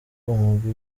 umugwi